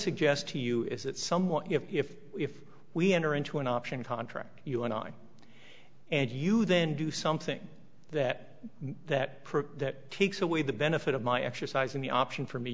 suggest to you is that someone if if we enter into an option contract you and i and you then do something that that that takes away the benefit of my exercising the option for me